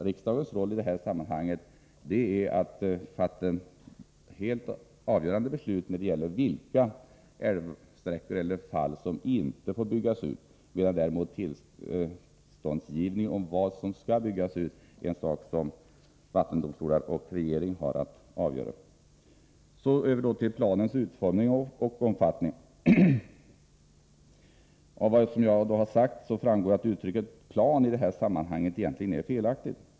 Riksdagens roll i detta sammanhang är faktiskt att fatta det helt avgörande beslutet om vilka älvsträckor och fall som inte får byggas ut, medan däremot tillståndsgivning för det som skall byggas ut är en sak som vattendomstolen och regering har att handlägga. Jag går nu över till att tala om planens utformning och omfattning. Av vad jag har sagt framgår att uttrycket plan i detta sammanhang egentligen är felaktigt.